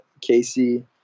Casey